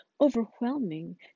overwhelming